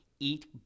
eat